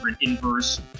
Inverse